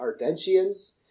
Ardentians